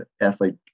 athlete